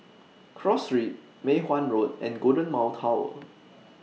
Cross Street Mei Hwan Road and Golden Mile Tower